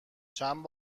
چند